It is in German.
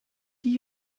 die